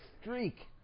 streak